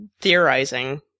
theorizing